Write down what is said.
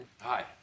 Hi